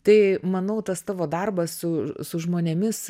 tai manau tas tavo darbas su su žmonėmis